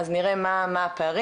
אז נראה מה הפערים,